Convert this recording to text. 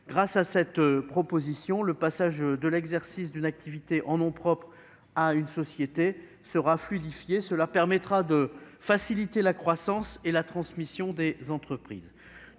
Grâce à cette disposition, le passage de l'exercice d'une activité en nom propre à une société sera fluidifié, ce qui permettra de faciliter la croissance et la transmission des entreprises.